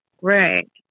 right